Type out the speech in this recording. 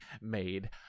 made